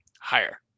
Higher